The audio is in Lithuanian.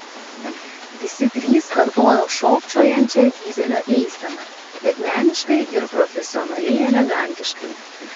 visi trys kartojo šokčiojančią dyzelio eiseną bet meniškai ir profesionaliai elegantiškai